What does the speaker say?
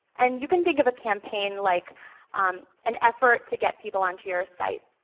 and you can think of a campaign like an effort to get people onto your site.